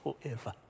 forever